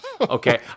Okay